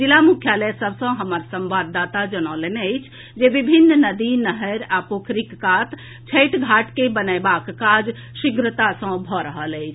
जिला मुख्यालय सभ सँ हमर संवाददाता जनौलनि अछि जे विभिन्न नदी नहर आ पोखरीक कात छठि घाट के बनयबाक काज शीघ्रता सँ भऽ रहल अछि